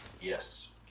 Yes